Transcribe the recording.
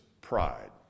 pride